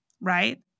right